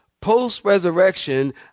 post-resurrection